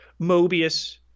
Mobius